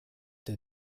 der